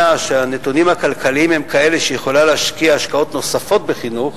שהנתונים הכלכליים הם כאלה שהיא יכולה להשקיע השקעות נוספות בחינוך,